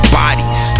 bodies